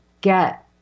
get